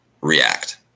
react